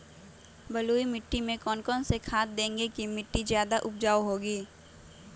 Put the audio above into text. बलुई मिट्टी में कौन कौन से खाद देगें की मिट्टी ज्यादा उपजाऊ होगी?